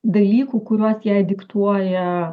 dalykų kuriuos jai diktuoja